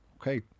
Okay